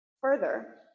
Further